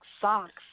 socks